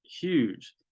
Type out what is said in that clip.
huge